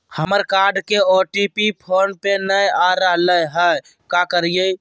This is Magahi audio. हमर कार्ड के ओ.टी.पी फोन पे नई आ रहलई हई, का करयई?